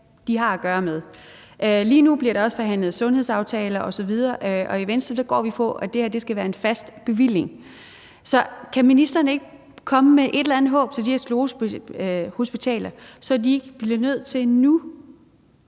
de har at gøre med. Lige nu bliver der også forhandlet en sundhedsaftale osv., og i Venstre går vi efter, at det her skal være en fast bevilling. Så kan ministeren ikke komme med et eller andet håb til de her sklerosehospitaler, så de nu ikke bliver nødt til at